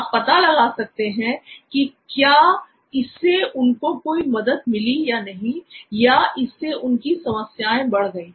आप पता लगा सकते हैं की क्या इससे उनको कोई भी मदद मिली या नहीं या इससे उनकी समस्याएं बढ़ गई